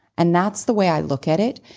and that's the way i look at it.